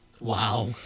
Wow